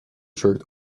shirt